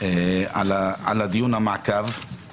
על דיון המעקב.